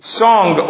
song